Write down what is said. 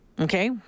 okay